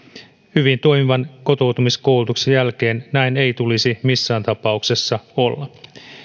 hyvin toimivan kotoutumiskoulutuksen jälkeen näin ei tulisi missään tapauksessa olla